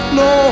no